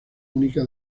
única